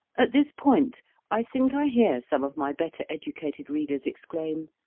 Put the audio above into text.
at this point i think i hear some of my better educated readers exclaim,